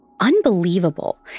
unbelievable